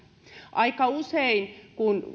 aika usein kun